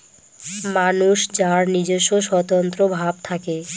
মানুষ যার নিজস্ব স্বতন্ত্র ভাব থাকে